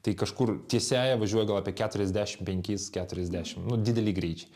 tai kažkur tiesiąją važiuoja gal apie keturiasdešimt penkis keturiasdešimt nu dideli greičiai